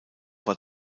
war